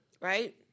right